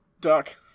Duck